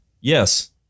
Yes